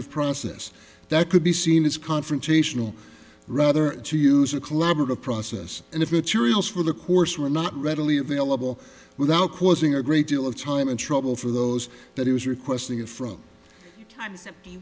of process that could be seen as confrontational rather to use a collaborative process and if it serious for the course were not readily available without causing a great deal of time and trouble for those that he was requesting it from